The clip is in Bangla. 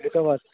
এটাও আছে